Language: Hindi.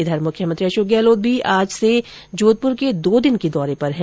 इधर मुख्यमंत्री अशोक गहलोत भी आज से जोधपुर के दो दिन के दौरे पर है